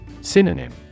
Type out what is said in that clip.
Synonym